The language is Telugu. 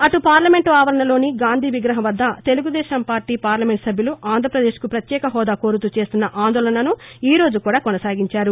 అటు పార్లమెంట్ ఆవరణలోని గాంధీ విగ్రహం వద్ద తెలుగుదేశం పార్టీ పార్లమెంట్ సభ్యులు ఆంధ్రదేశ్కు ప్రత్యేక హోదా కోరుతూ చేస్తున్న ఆందోళనను ఈ రోజు కూడా కొనసాగించారు